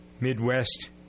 Midwest